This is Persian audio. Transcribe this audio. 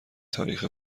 تاریخ